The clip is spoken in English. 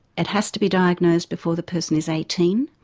it has to be diagnosed before the person is eighteen,